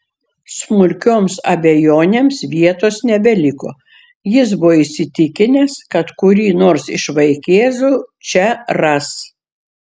smulkioms abejonėms vietos nebeliko jis buvo įsitikinęs kad kurį nors iš vaikėzų čia ras